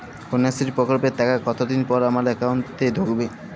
কন্যাশ্রী প্রকল্পের টাকা কতদিন পর আমার অ্যাকাউন্ট এ ঢুকবে?